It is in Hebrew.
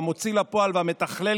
והמוציא לפועל והמתכלל,